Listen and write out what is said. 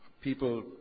people